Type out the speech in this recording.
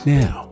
now